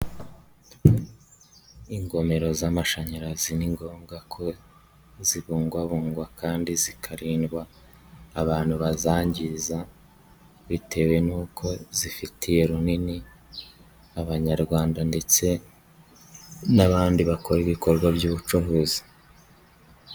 Ingomero z'amashanyarazi ni ngombwa ko zibungwabungwa kandi zikarindwa abantu bazangiza, bitewe n'uko zifite runini abanyarwanda ndetse n'abandi bakora ibikorwa by'ubucuruzi.